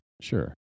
Sure